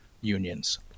unions